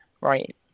Right